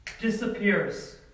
Disappears